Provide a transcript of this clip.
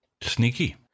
Sneaky